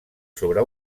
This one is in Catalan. sobre